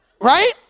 right